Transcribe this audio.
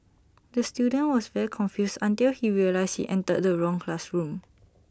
the student was very confused until he realised he entered the wrong classroom